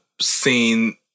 seen